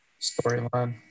storyline